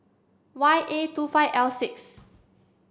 Y A two five L six